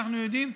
אנחנו יודעים,